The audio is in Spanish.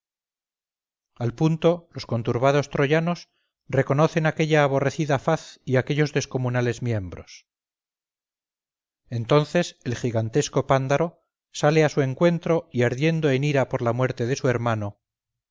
al punto los conturbados troyanos reconocen aquella aborrecida faz y aquellos descomunales miembros entonces el gigantesco pándaro sale a su encuentro y ardiendo en ira por la muerte de su hermano